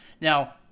Now